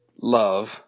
love